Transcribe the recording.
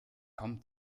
kaum